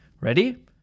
Ready